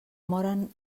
moren